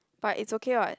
but it's okay [what]